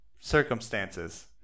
circumstances